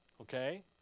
Okay